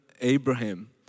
Abraham